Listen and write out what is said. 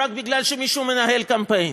או רק בגלל שמישהו מנהל קמפיין.